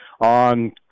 on